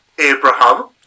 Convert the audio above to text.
Abraham